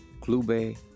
Clube